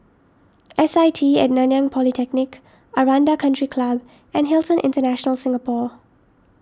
S I T at Nanyang Polytechnic Aranda Country Club and Hilton International Singapore